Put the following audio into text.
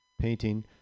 painting